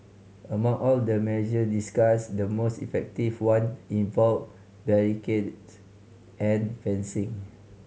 among all the measure discussed the most effective one involved barricades and fencing